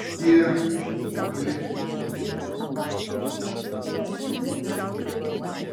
tie kurie sutiks vėl dirbti žemvaldžiui prabilo